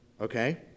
okay